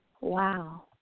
Wow